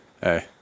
Hey